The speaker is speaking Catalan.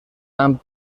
amb